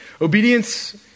Obedience